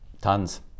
tons